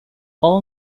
all